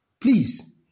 Please